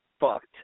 fucked